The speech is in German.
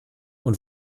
und